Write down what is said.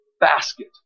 basket